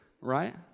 right